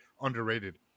underrated